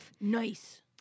Nice